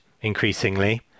increasingly